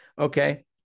okay